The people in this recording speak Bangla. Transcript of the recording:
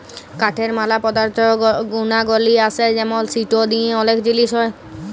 কাঠের ম্যালা পদার্থ গুনাগলি আসে যেমন সিটো দিয়ে ওলেক জিলিস হ্যয়